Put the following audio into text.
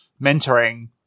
mentoring